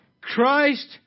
Christ